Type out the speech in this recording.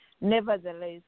Nevertheless